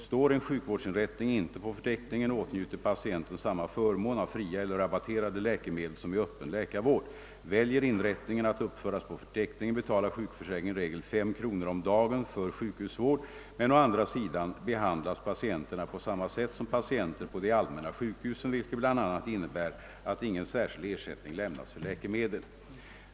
Står en sjukvårdsinrättning inte på förteckningen, åtnjuter patienterna samma förmån av fria eller rabatterade läkemedel som i öppen läkarvård, Väljer inrättningen att uppföras på förteckningen, betalar sjukförsäkringen i regel 5 kronor om dagen för sjukhusvård, men å andra sidan behandlas patienterna på samma sätt som patienter på de allmänna sjukhusen, vilket bl.a. innebär att ingen särskild ersättning lämnas för läkemedel.